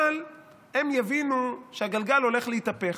אבל הם יבינו שהגלגל הולך להתהפך,